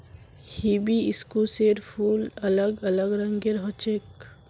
हिबिस्कुसेर फूल अलग अलग रंगेर ह छेक